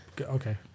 Okay